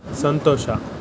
ಸಂತೋಷ